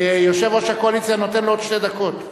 יושב-ראש הקואליציה נותן לו עוד שתי דקות.